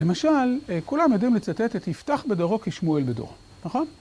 למשל, כולם יודעים לצטט את יפתח בדורו כשמואל בדורו, נכון?